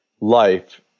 life